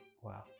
Wow